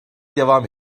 devam